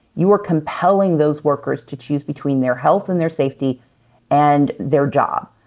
you are compelling those workers to choose between their health and their safety and their job.